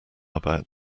about